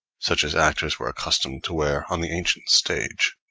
such as actors were accustomed to wear on the ancient stage